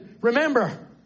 Remember